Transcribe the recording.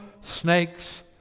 snakes